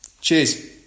Cheers